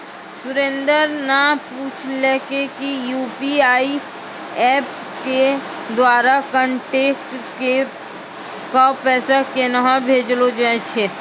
सुरेन्द्र न पूछलकै कि यू.पी.आई एप्प के द्वारा कांटैक्ट क पैसा केन्हा भेजलो जाय छै